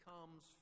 comes